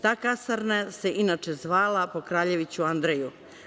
Ta kasarna se, inače, zvala po kraljeviću Andreju.